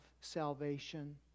salvation